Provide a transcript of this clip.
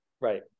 right